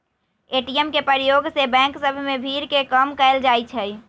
ATM के प्रयोग से बैंक सभ में भीड़ के कम कएल जाइ छै